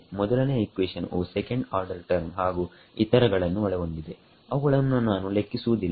ಮೊದಲನೆಯ ಇಕ್ವೇಷನ್ ವು second order term ಹಾಗು ಇತರ ಗಳನ್ನು ಒಳಗೊಂಡಿದೆ ಅವುಗಳನ್ನು ನಾನು ಲೆಕ್ಕಿಸುವುದಿಲ್ಲ